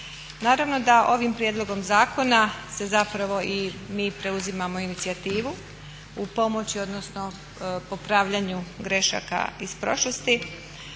Naravno da ovim prijedlogom zakona se zapravo i mi preuzimamo inicijativu u pomoći, odnosno popravljanju grešaka iz prošlosti.